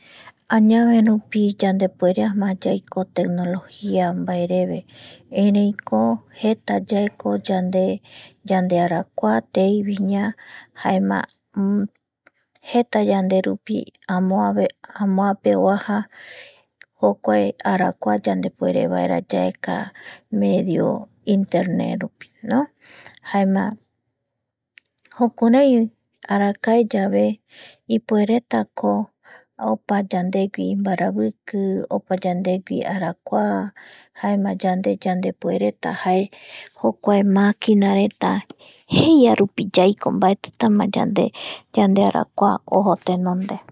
Añaverupi mbaetima yandepuere yaiko tecnología mbaereve ereiko jetayaeko yande yandearakua teiviña jaema jeta yanderupi amoave amoape oaja jokua arakua yandepuerevaera yaeka medio intenetrupino jaema jukurai arakaeyave ipueretako opa mbaraviki yandegui, opa yandegui arakua jaema yande yandepuereta jae jokua máquinareta jeiarupi yaiko mbaetitama yande yandearakua ojo tenonde